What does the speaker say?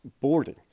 boarding